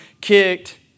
kicked